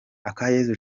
akayezu